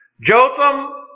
Jotham